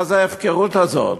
מה זו ההפקרות הזאת?